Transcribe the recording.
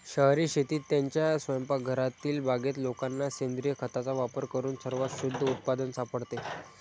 शहरी शेतीत, त्यांच्या स्वयंपाकघरातील बागेत लोकांना सेंद्रिय खताचा वापर करून सर्वात शुद्ध उत्पादन सापडते